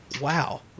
wow